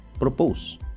propose